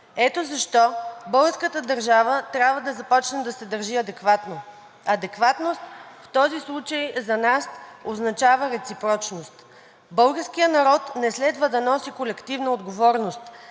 Ето защо българската държава трябва да започне да се държи адекватно, а адекватност в този случай за нас означава реципрочност. Българският народ не следва да носи колективна отговорност,